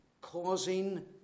causing